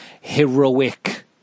heroic